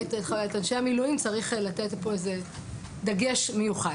את אנשי המילואים צריך לתת פה איזה דגש מיוחד.